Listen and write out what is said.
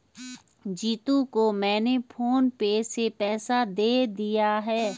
जीतू को मैंने PhonePe से पैसे दे दिए हैं